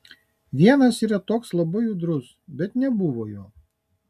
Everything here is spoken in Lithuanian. vienas yra toks labai judrus bet nebuvo jo